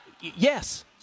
Yes